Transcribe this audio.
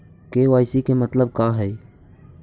KYC के मतलब का हई?